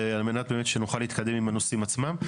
על מנת שבאמת נוכל להקדם עם הנושאים עצמם.